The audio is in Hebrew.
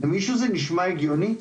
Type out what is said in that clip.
למישהו זה נשמע הגיוני?